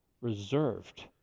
reserved